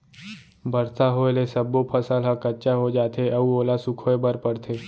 बरसा होए ले सब्बो फसल ह कच्चा हो जाथे अउ ओला सुखोए बर परथे